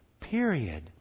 Period